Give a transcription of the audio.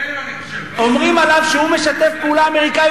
אומרים עליו שהוא משתף פעולה אמריקני,